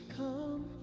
come